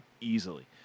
Easily